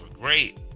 great